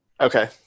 Okay